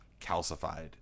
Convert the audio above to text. calcified